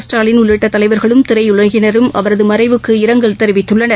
ஸ்டாலின் உள்ளிட்டதலைவர்களும் திரையுலகினரும் அவரதுமறைவுக்கு இரங்கல் தெரிவித்துள்ளனர்